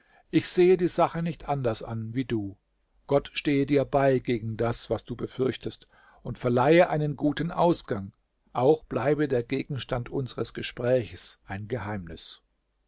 ich sehe die sache nicht anders an wie du gott stehe dir bei gegen das was du befürchtest und verleihe einen guten ausgang auch bleibe der gegenstand unsres gesprächs ein geheimnis